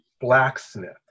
Blacksmith